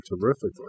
terrifically